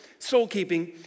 soul-keeping